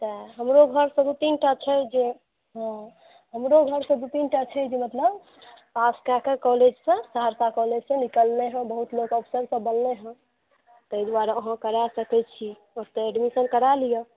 तैं हमरो घरके दू तीनटा छै जे हमरो घरके दू तीनटा छै जे मतलब एस एन एस कॉलेजसँ सहरसा कॉलेजसँ निकललै हँ बहुत लोक अफसर सभ बनलै हँ ताहि दुआरे अहाँ करा सकै छी ओतै एडमिशन करा लिअ